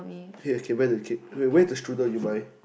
okay okay where the keep okay where the strudel you buy